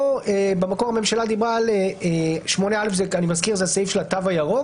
פה במקור הממשלה דיברה אני מזכיר שסעיף 8א זה הסעיף של התו הירוק